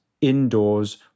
indoors